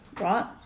right